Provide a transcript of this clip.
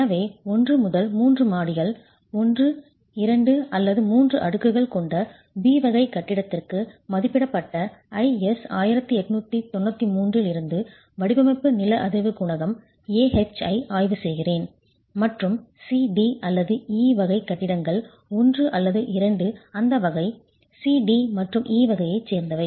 எனவே 1 முதல் 3 மாடிகள் 1 2 அல்லது 3 அடுக்குகள் கொண்ட B வகை கட்டிடத்திற்கு மதிப்பிடப்பட்ட IS 1893 இல் இருந்து வடிவமைப்பு நில அதிர்வு குணகம் A h ஐ ஆய்வு செய்கிறேன் மற்றும் C D அல்லது E வகை கட்டிடங்கள் 1 அல்லது 2 அந்த வகை C D மற்றும் E வகையைச் சேர்ந்தவை